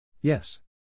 Yes